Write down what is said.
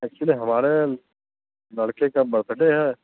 actually हमारे लड़के का बर्थडे है